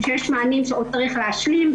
כשיש מענים שעוד צריך להשלים.